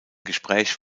gespräch